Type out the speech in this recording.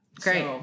great